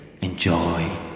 Enjoy